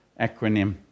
acronym